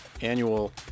annual